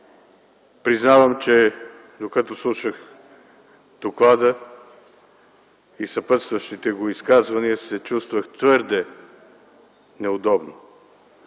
Признавам, че докато слушах доклада и съпътстващите го изказвания, се чувствах твърде неудобно.